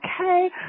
Okay